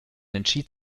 entschied